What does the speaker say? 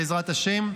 בעזרת השם.